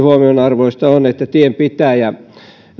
huomionarvoista on myöskin että tienpitäjä